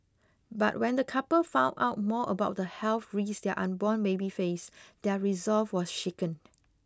but when the couple found out more about the health risk their unborn baby faced their resolve was shaken